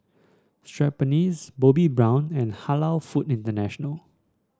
Schweppes Bobbi Brown and Halal Food International